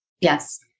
Yes